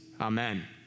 amen